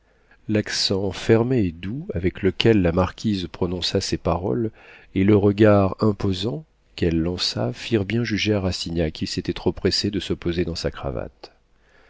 l'accent ferme et doux avec lequel la marquise prononça ces paroles et le regard imposant qu'elle lança firent bien juger à rastignac qu'il s'était trop pressé de se poser dans sa cravate